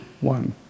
One